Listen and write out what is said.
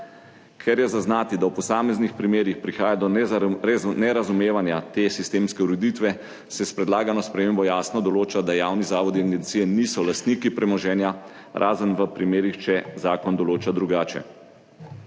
Ker je zaznati, da v posameznih primerih prihaja do nerazumevanja te sistemske ureditve, se s predlagano spremembo jasno določa, da javni zavodi in agencije niso lastniki premoženja, razen v primerih, če zakon določa drugače.